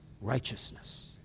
righteousness